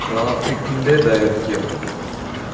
ട്രാഫിക്കിൻ്റെ ദൈർഘ്യം